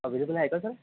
available आहे का sir